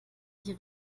die